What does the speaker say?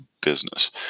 business